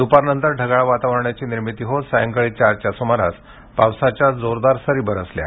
द्पारनंतर ढगाळ वातावरणाची निर्मीती होत सायंकाळी चारच्या सुमारास पावसाच्या सरी जोरदार बरसल्या आहेत